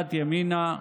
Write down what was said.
מסיעת ימינה,